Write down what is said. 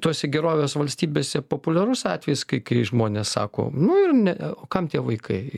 tose gerovės valstybėse populiarus atvejis kai kai žmonės sako nu ir ne o kam tie vaikai